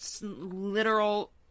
literal